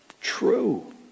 true